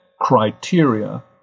criteria